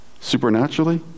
Supernaturally